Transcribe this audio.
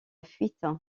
fuite